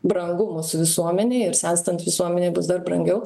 brangu mūsų visuomenėj ir senstant visuomenei bus dar brangiau